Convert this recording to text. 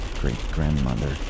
great-grandmother